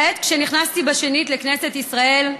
כעת, משנכנסתי שנית לכנסת ישראל,